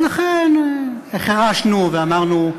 ולכן החרשנו ואמרנו: